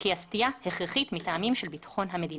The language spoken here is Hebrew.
כי הסטייה הכרחית מטעמים של בטחון המדינה'.